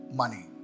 money